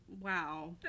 Wow